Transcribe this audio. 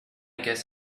guess